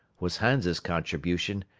was hans's contribution.